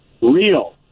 real